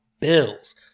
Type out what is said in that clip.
Bills